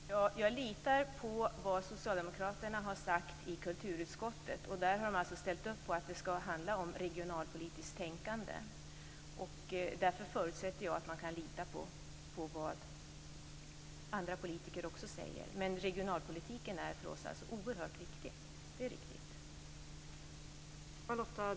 Fru talman! Jag litar på vad socialdemokraterna har sagt i kulturutskottet. De har ställt upp på att det skall handla om regionalpolitiskt tänkande. Därför förutsätter jag att man även kan lita på vad andra politiker säger. Det är riktigt att regionalpolitiken är oerhört viktig för oss.